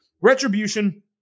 Retribution